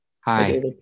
Hi